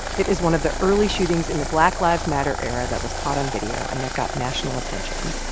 it is one of the early shootings in the black lives matter era that was caught on video and that got national attention.